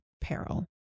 peril